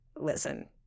listen